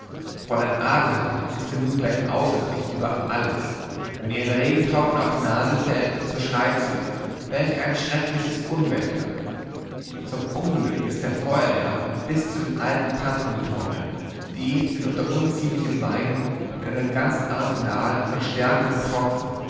fräulein adelheid ist denn nun gleich außer sich über alles wenn ihr ein regentropfen auf die nase fällt so schreit sie welch ein schreckliches unwetter zum unglück ist der feuerlärm bis zu den alten tanten gedrungen die sind unter unziemlichem weinen mit einem ganzen arsenal von stärkenden tropfen